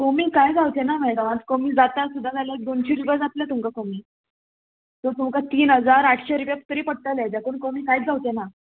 कोमी कांय जावचें ना मॅडम आतां कमी जाता सुद्दा जाल्यार दोनशीं रुपया जातले तुमकां कमी सो तुमकां तीन हजार आटशें रुपया तरी पडटले हेज्याकून कमी कांयच जावचे ना